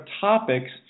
topics